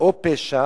או פשע